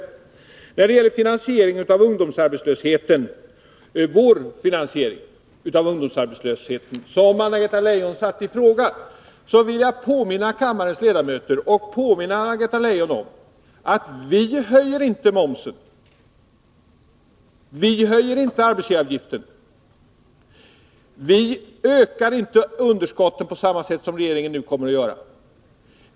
Fredagen den När det gäller vårt förslag till finansiering av ungdomsarbetslösheten, som 17 december 1982 Anna-Greta Leijon satte i fråga, vill jag påminna kammarens ledamöter och Anna-Greta Leijon om följande: Vi höjer inte momsen, vi höjer inte — särskilda syssel arbetsgivaravgiften, vi ökar inte underskottet på samma sätt som regeringen nu kommer att göra.